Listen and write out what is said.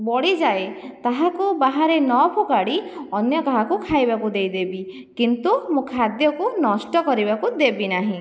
ବଳିଯାଏ ତାହାକୁ ବାହାରେ ନ ଫୋପାଡ଼ି ଅନ୍ୟ କାହାକୁ ଖାଇବାକୁ ଦେଇଦେବି କିନ୍ତୁ ମୁଁ ଖାଦ୍ୟକୁ ନଷ୍ଟ କରିବାକୁ ଦେବି ନାହିଁ